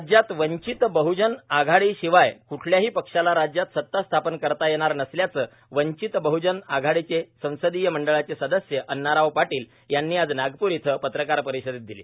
राज्यात वंचित बहजन आघाडीशिवाय क्ठल्याही पक्षाला राज्यात सता स्थापन करता येणार नसल्याचं वंचित बहजन आघाडीचे संसदीय मंडळाचे सदस्य अण्णाराव पाटील यांनी आज नागपूर येथे पत्रकार परिषदेत दिली